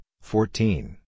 fourteen